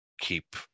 keep